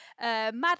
Mad